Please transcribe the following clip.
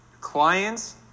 Clients